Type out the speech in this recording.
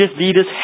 leaders